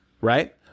right